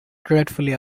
dreadfully